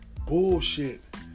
bullshit